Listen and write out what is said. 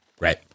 Right